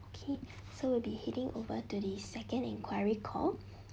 okay so we'll be heading over to the second enquiry call